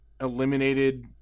eliminated